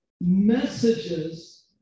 messages